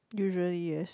usually yes